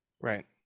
Right